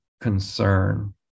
Concern